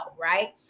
right